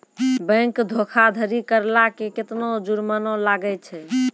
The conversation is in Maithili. बैंक धोखाधड़ी करला पे केतना जुरमाना लागै छै?